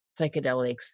psychedelics